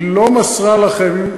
היא לא מסרה לכם,